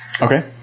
Okay